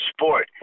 sport